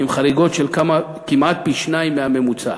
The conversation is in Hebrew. עם חריגות של כמעט פי-שניים מהממוצע.